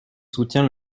soutient